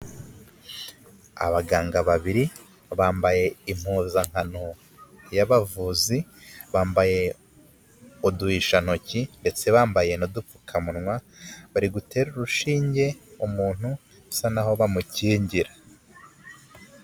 Abaganga babiri bambaye impuzankano y'abavuzi, bambaye uduhishantoki ndetse bambaye n'udupfukamunwa, bari guterare urushinge umuntu basa naho bamukingira.